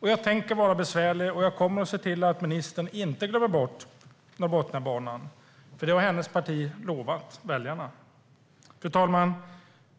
Jag tänker vara besvärlig, och jag kommer att se till att ministern inte glömmer bort Norrbotniabanan, för den har hennes parti lovat väljarna. Fru talman!